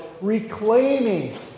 reclaiming